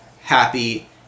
happy